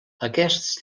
aquests